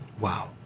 wow